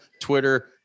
Twitter